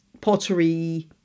pottery